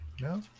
No